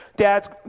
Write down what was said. Dad's